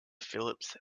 phillips